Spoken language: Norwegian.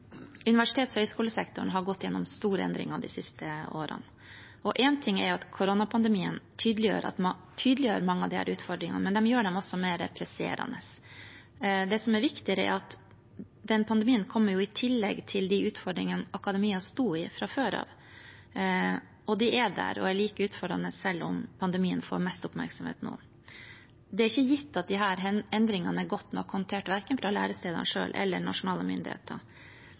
siste årene. Én ting er at koronapandemien tydeliggjør mange av disse utfordringene, men den gjør dem også mer presserende. Det som er viktig, er at denne pandemien kommer i tillegg til de utfordringene akademia sto i fra før, og de er der og er like utfordrende selv om pandemien får mest oppmerksomhet nå. Det er ikke gitt at disse endringene er godt nok håndtert av verken lærestedene selv eller nasjonale myndigheter,